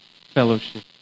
fellowship